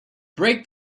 break